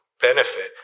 benefit